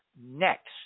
next